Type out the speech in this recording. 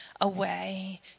away